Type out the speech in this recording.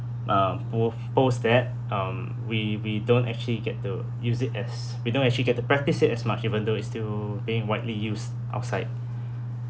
um would post that um we we don't actually get to use it as we don't actually get to practice it as much even though it's still being widely used outside